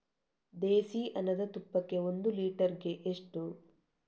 ದೇಸಿ ದನದ ತುಪ್ಪಕ್ಕೆ ಒಂದು ಲೀಟರ್ಗೆ ಎಷ್ಟು?